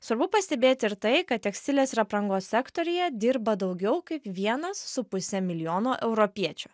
svarbu pastebėti ir tai kad tekstilės ir aprangos sektoriuje dirba daugiau kaip vienas su puse milijono europiečių